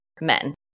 men